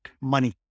money